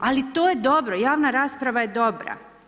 Ali to je dobro, javna rasprava je dobra.